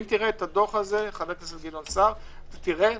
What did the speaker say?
ואם תראה את הדוח הזה, חבר הכנסת גדעון סער, תראה